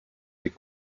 des